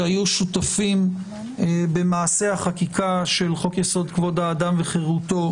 שהיו שותפים במעשה החקיקה של חוק יסוד: כבוד האדם וחירותו,